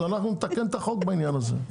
אז אנחנו נתקן את החוק בעניין הזה,